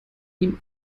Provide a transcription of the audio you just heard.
ihm